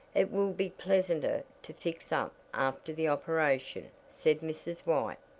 it will be pleasanter to fix up after the operation, said mrs. white.